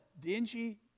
dingy